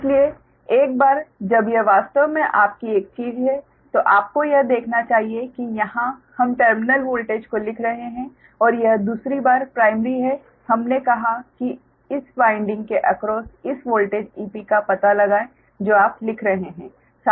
इसलिए एक बार जब यह वास्तव में आपकी एक चीज है तो आपको यह देखना चाहिए कि यहां हम टर्मिनल वोल्टेज को लिख रहे हैं और यह दूसरी बार प्राइमरी है हमने कहा कि इस वाइंडिंग के एक्रॉस इस वोल्टेज Ep का पता लगाये जो आप लिख रहे हैं